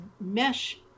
mesh